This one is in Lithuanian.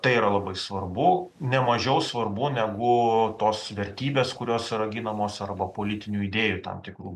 tai yra labai svarbu ne mažiau svarbu negu tos vertybės kurios yra ginamos arba politinių idėjų tam tikrų